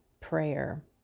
prayer